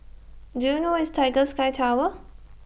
Do YOU know Where IS Tiger Sky Tower